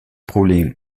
problem